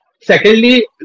Secondly